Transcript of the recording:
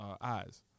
eyes